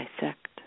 dissect